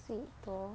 sweet though